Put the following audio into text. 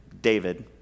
David